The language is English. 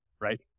right